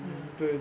mm